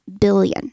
billion